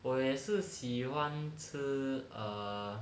我也是喜欢吃 err